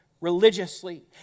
religiously